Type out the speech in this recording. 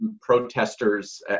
protesters